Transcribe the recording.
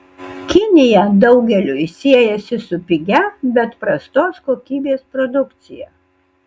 kinija daugeliui siejasi su pigia bet prastos kokybės produkcija